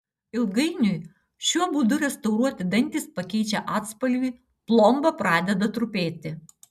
ilgainiui šiuo būdu restauruoti dantys pakeičia atspalvį plomba pradeda trupėti